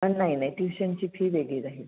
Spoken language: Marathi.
नाही नाही ट्युशनची फी वेगळी राहील